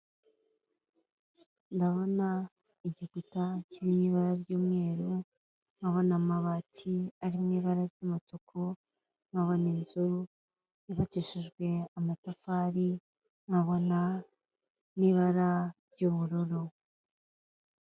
Ndabona igikuta kiri mu ibara ryumweru nkabona amabati ari mu ibara ry'umutuku nkabona nibara ryubururu.